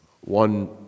One